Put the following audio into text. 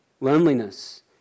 loneliness